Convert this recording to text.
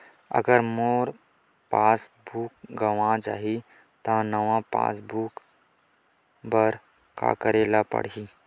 अगर मोर passbook गवां जाहि त नवा पास बुक बर का करे ल पड़हि?